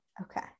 Okay